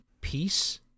peace